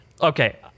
okay